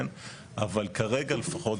אבל כרגע לפחות,